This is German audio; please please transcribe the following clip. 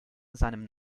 seinem